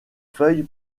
feuilles